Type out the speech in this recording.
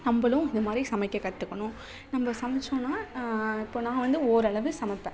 நம்பளும் இதைமாரி சமைக்க கற்றுக்கணும் நம்ப சமைச்சோன்னால் இப்போ நான் வந்து ஓரளவு சமைப்பேன்